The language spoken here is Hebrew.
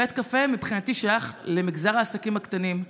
בית קפה, מבחינתי, שייך למגזר העסקים הקטנים.